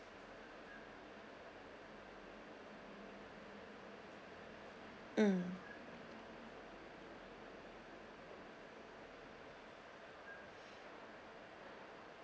mm